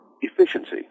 efficiency